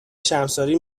شرمساری